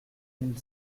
mille